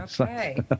Okay